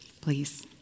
please